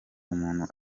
umuntu